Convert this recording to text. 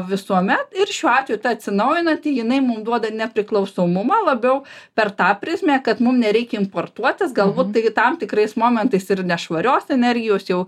visuomet ir šiuo atveju ta atsinaujinanti jinai mum duoda nepriklausomumą labiau per tą prizmę kad mum nereikia importuotis galbūt tai tam tikrais momentais ir nešvarios energijos jau